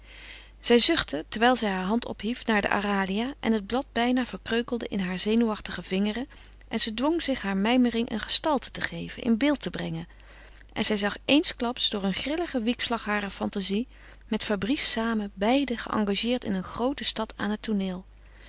zij zuchtte terwijl zij haar hand ophief naar de aralia en het blad bijna verkreukelde in haar zenuwachtige vingeren en ze dwong zich haar mijmering een gestalte te geven in beeld te brengen en zij zag zich eensklaps door een grilligen wiekslag harer fantasie met fabrice samen beiden geëngageerd in een groote stad aan het tooneel